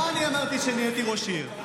מה אני אמרתי כשנהייתי ראש עיר?